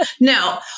No